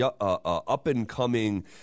up-and-coming